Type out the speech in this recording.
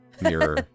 mirror